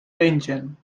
pengen